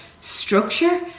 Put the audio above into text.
structure